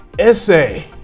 essay